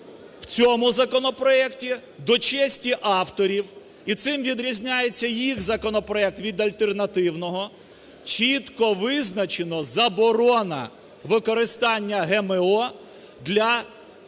В цьому законопроекті до честі авторів, і цим відрізняється їх законопроект від альтернативного, чітко визначена заборона використання ГМО для